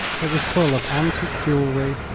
it was full of antique jewelry,